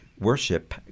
worship